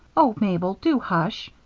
oh, mabel, do hush,